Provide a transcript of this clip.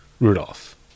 rudolph